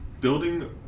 building